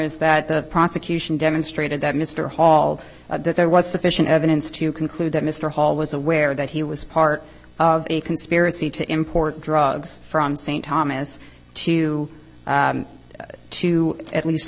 is that the prosecution demonstrated that mr hall that there was sufficient evidence to conclude that mr hall was aware that he was part of a conspiracy to import drugs from st thomas to get to at least